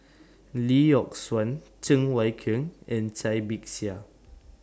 Lee Yock Suan Cheng Wai Keung and Cai Bixia